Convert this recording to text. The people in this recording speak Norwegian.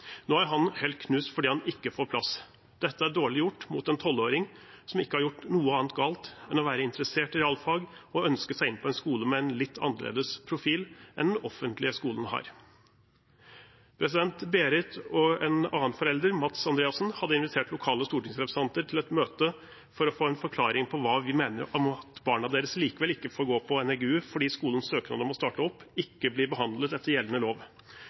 Nå er han helt knust fordi han ikke får plass. Dette er dårlig gjort mot en tolvåring som ikke har gjort noe annet galt enn å være interessert i realfag og ønske seg inn på en skole med en litt annerledes profil enn den offentlige skolen har. Nissen-Lie og en annen forelder, Mats Andreassen, hadde invitert lokale stortingsrepresentanter til et møte for å få en forklaring på hva vi mener om at barna deres likevel ikke får gå på NRG-U, fordi skolens søknad om å starte opp ikke blir behandlet etter gjeldende lov.